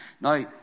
Now